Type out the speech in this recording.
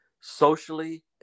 socially